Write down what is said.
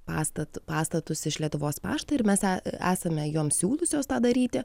pastat pastatus iš lietuvos pašto ir mes esa esame joms siūliusios tą daryti